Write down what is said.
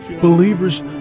believers